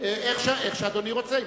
איך שאדוני רוצה.